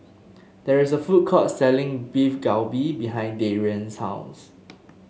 there is a food court selling Beef Galbi behind Darian's house